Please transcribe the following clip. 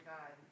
God